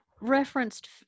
referenced